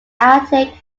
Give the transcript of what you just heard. attic